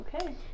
Okay